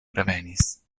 revenis